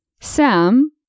Sam